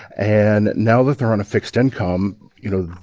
and now that they're on a fixed income, you know,